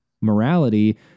morality